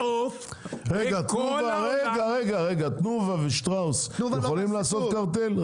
תנובה ושטראוס יכולים לעשות קרטל?